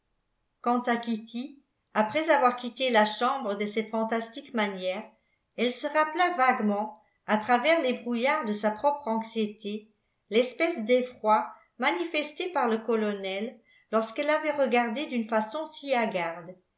quant à kitty après avoir quitté la chambre de cette fantastique manière elle se rappela vaguement à travers les brouillards de sa propre anxiété l'espèce d'effroi manifesté par le colonel lorsqu'elle l'avait regardé d'une façon si hagarde